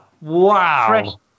wow